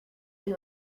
and